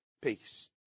peace